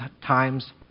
times